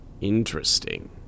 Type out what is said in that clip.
Interesting